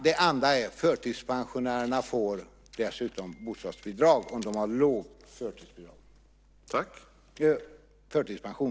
Det andra är att förtidspensionärerna dessutom får bostadsbidrag om de har låg förtidspension.